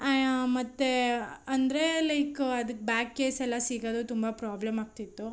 ಮತ್ತು ಅಂದರೆ ಲೈಕ ಅದಕ್ಕೆ ಬ್ಯಾಕ್ ಕೇಸ್ ಎಲ್ಲ ಸಿಗೋದು ತುಂಬ ಪ್ರಾಬ್ಲಮ್ ಆಗ್ತಿತ್ತು